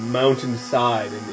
mountainside